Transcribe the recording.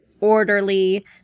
orderly